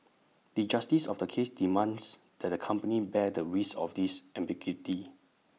the justice of the case demands that the company bear the risk of this ambiguity